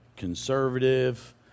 conservative